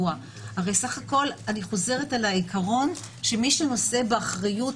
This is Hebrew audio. אני חזרת על העיקרון שמי שנושא באחריות,